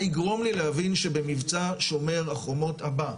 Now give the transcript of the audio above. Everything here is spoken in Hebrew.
מה יגרום לי להבין שבמבצע שומר החומות הבא,